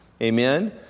Amen